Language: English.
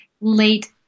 late